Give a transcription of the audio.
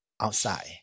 outside